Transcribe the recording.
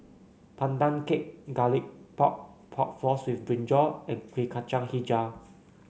Pandan Cake Garlic Pork Pork Floss with brinjal and Kueh Kacang hijau